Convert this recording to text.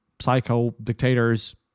psycho-dictators